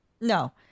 No